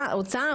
הרופאים.